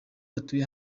batuye